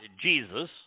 Jesus